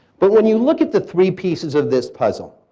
but when you look at the three pieces of this puzzle,